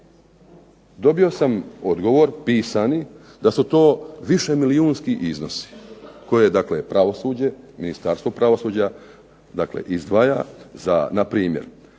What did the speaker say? Dobio sam odgovor pisani da su to višemilijunski iznosi koje, dakle pravosuđe, Ministarstvo pravosuđa, dakle izdvaja za na primjer